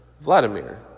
Vladimir